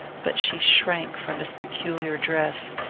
but she shrank from his peculiar dress,